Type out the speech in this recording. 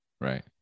Right